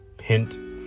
hint